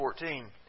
14